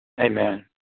Amen